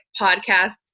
podcast